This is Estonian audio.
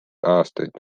aastaid